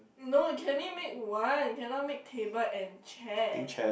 no you can only make one you cannot make table and chair